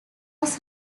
was